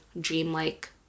dreamlike